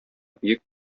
бөек